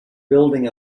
building